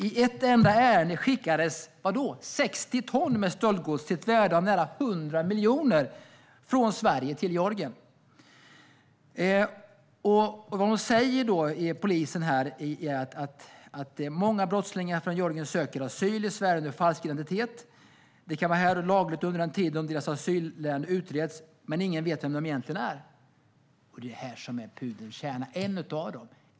I ett enda ärende skickades 60 ton med stöldgods till ett värde av nära 100 miljoner från Sverige till Georgien. Polisen säger att många brottslingar från Georgien söker asyl i Sverige under falsk identitet. De kan vara här lagligt under en tid medan deras asylärende utreds, men ingen vet vilka de egentligen är. Detta är en av pudelns kärnor.